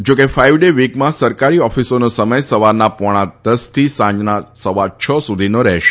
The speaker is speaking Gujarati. જોકે ફાઈવ ડે વીકમાં સરકારી ઓફિસોનો સમય સવારના પોણા દસથી સાંજના સવા છ સુધીનો રહેશે